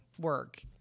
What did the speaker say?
work